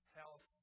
health